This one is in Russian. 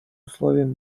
условием